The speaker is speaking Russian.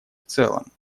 целом